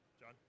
John